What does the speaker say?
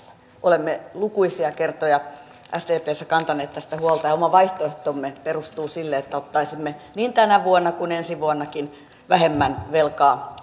olemme lukuisia kertoja sdpssä kantaneet tästä huolta ja oma vaihtoehtomme perustuu sille että ottaisimme niin tänä vuonna ensi vuonnakin vähemmän velkaa